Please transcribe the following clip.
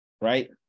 right